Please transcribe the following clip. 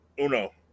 Uno